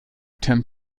ten